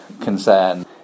concern